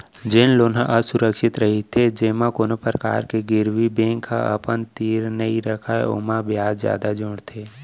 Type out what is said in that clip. जेन लोन ह असुरक्छित रहिथे जेमा कोनो परकार के गिरवी बेंक ह अपन तीर नइ रखय ओमा बियाज जादा जोड़थे